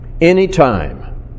anytime